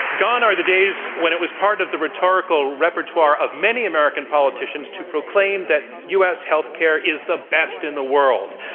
gone are the days when it was part of the rhetorical repertoire of many american politicians to proclaim that us healthcare is the best in the world.